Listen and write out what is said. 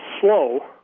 slow